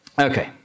Okay